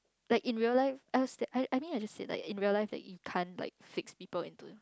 like in real life us I I mean I just feel like in real life that you can't like fix people into